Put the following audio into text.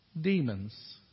demons